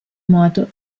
moto